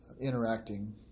interacting